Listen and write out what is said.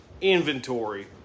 inventory